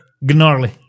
gnarly